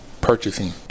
Purchasing